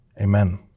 Amen